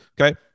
Okay